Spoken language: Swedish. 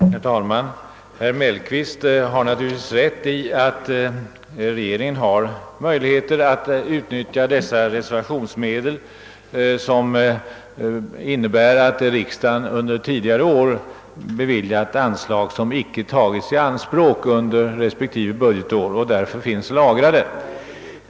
Herr talman! Herr Mellqvist har naturligtvis rätt i att regeringen har möjlighet att utnyttja dessa reservationsmedel, d. v. s. anslag som riksdagen beviljat under tidigare år men som icke tagits i anspråk under respektive budgetår och som därför finns lagrade.